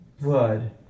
blood